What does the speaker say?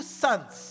sons